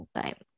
time